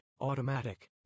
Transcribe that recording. automatic